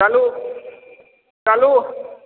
चलू चलू